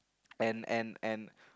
and and and